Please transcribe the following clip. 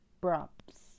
props